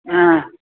ह